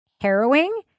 harrowing